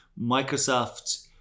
Microsoft